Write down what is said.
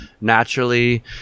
naturally